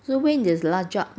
so when is the last job